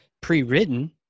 pre-written